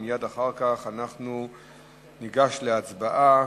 ומייד אחר כך אנחנו ניגש להצבעה,